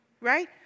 right